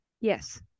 Yes